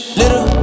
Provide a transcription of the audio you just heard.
little